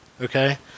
okay